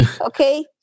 okay